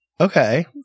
Okay